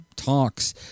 Talks